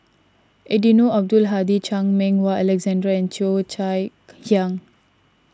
Eddino Abdul Hadi Chan Meng Wah Alexander and Cheo Chai Hiang